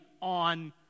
on